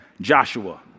Joshua